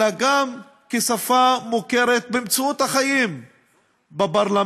אלא גם כשפה מוכרת במציאות החיים בפרלמנט,